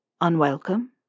Unwelcome